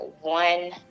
one